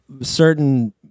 certain